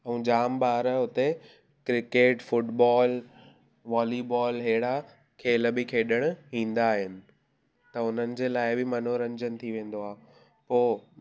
ऐं जामु ॿार हुते क्रिकेट फुटबॉल वॉलीबॉल अहिड़ा खेल बि खेॾणु ईंदा आहिनि त हुननि जे लाइ बि मनोरंजन थी वेंदो आहे पोइ